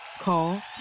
Call